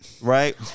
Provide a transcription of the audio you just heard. Right